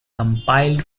compiled